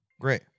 Great